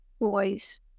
boys